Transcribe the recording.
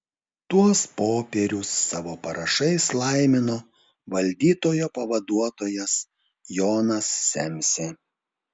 tuos popierius savo parašais laimino valdytojo pavaduotojas jonas semsė